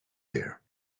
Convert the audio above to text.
there